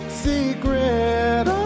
secret